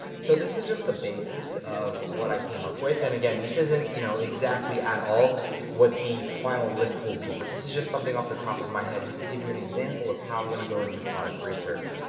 so this is just the basis of what i came up with, and again this isn't you know exactly at all what the final list will be, but this is just something off the top of my head just to give you an example of how i'm gonna go and do product research.